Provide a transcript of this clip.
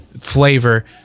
flavor